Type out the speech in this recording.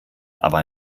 aber